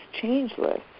changeless